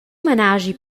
menaschi